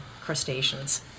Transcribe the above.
crustaceans